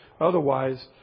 Otherwise